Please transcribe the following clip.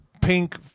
pink